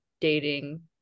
dating